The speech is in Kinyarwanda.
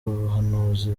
ubuhanuzi